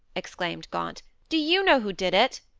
exclaimed gaunt, do you know who did it?